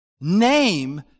name